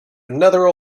another